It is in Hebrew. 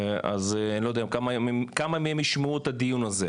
אני לא יודע כמה מהם ישמעו את הדיון הזה,